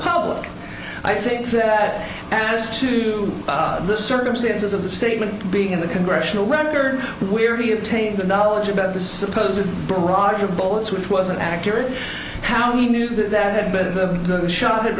public i think that as to the circumstances of the statement being in the congressional record we're he obtained the knowledge about the suppose a barrage of bullets which wasn't accurate how he knew that that had